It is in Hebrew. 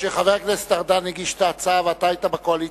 כשחבר הכנסת ארדן הגיש את ההצעה ואתה היית בקואליציה,